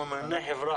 ממונה חברה